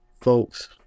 Folks